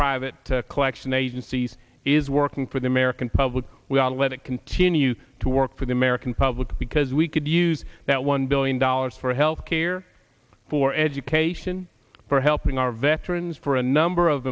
private collection agencies is working for the american public we ought to let it continue to work for the american public because we could use that one billion dollars for health care for education for helping our veterans for a number of